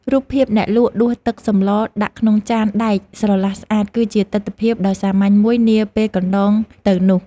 រូបភាពអ្នកលក់ដួសទឹកសម្លដាក់ក្នុងចានដែកស្រឡះស្អាតគឺជាទិដ្ឋភាពដ៏សាមញ្ញមួយនាពេលកន្លងទៅនោះ។